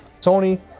Tony